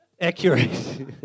accurate